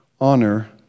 Honor